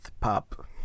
pop